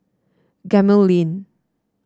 Gemmill Lane